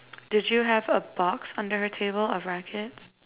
did you have a box under her table a racket